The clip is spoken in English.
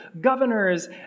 governors